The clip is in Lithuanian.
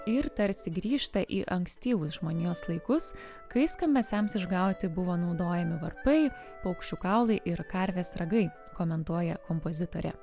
ir tarsi grįžta į ankstyvus žmonijos laikus kai skambesiams išgauti buvo naudojami varpai paukščių kaulai ir karvės ragai komentuoja kompozitorė